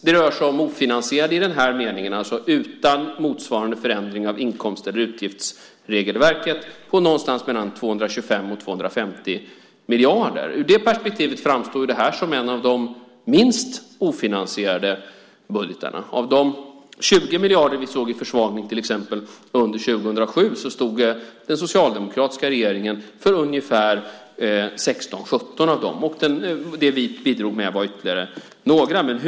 De har varit ofinansierade i den meningen att motsvarande förändring av inkomst eller utgiftsregelverket inte har skett. Siffran ligger någonstans mellan 225 och 250 miljarder. I det perspektivet framstår det här som en av de minst ofinansierade budgetarna. Av de 20 miljarder vi såg i försvagning under 2007 stod den socialdemokratiska regeringen för ungefär 16-17. Det vi bidrog med var ytterligare några miljarder.